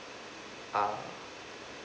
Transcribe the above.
uh